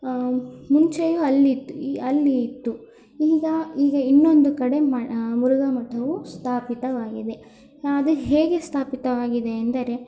ಮುಂಚೆಯೂ ಅಲ್ಲಿತ್ತು ಈ ಅಲ್ಲಿ ಇತ್ತು ಈಗ ಈಗ ಇನ್ನೊಂದು ಕಡೆ ಮ ಮುರುಘಾ ಮಠವು ಸ್ಥಾಪಿತವಾಗಿದೆ ಅದು ಹೇಗೆ ಸ್ಥಾಪಿತವಾಗಿದೆ ಎಂದರೆ